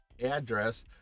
address